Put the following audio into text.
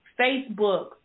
Facebook